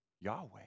Yahweh